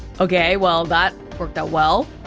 okay, well that worked out well